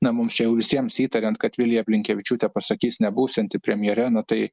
na mums visiems įtariant kad vilija blinkevičiūtė pasakys nebūsianti premjere na tai